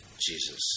Jesus